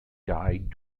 died